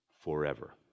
forever